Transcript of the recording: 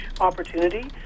opportunity